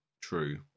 True